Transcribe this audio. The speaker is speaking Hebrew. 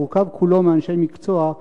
המורכב כולו מאנשי מקצוע,